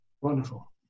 Wonderful